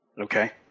Okay